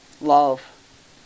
love